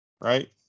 right